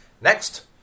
Next